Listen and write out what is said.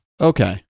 Okay